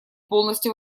полностью